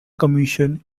commission